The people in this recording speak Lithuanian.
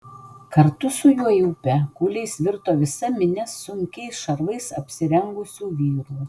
kartu su juo į upę kūliais virto visa minia sunkiais šarvais apsirengusių vyrų